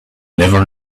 never